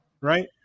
Right